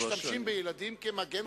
משתמשים בילדים כמגן חי.